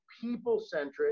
people-centric